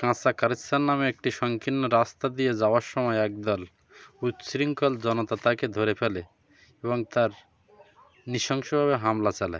কাঁচা কারিচ্ছান নামে একটি সংকীর্ণ রাস্তা দিয়ে যাওয়ার সময় একদল উচ্ছৃঙ্খল জনতা তাকে ধরে ফেলে এবং তার নৃশংসভাবে হামলা চালায়